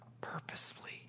purposefully